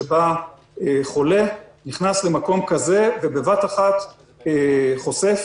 שחולה נכנס למקום כזה ובבת אחת חושף